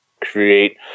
create